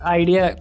idea